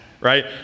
right